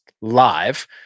live